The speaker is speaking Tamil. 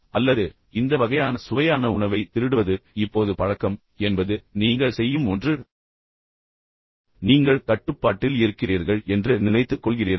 அல்லது இந்த வகையான சுவையான உணவை திருடுவது இப்போது பழக்கம் என்பது நீங்கள் செய்யும் ஒன்று நீங்கள் கட்டுப்பாட்டில் இருக்கிறீர்கள் என்று நினைத்துக் கொள்கிறீர்கள்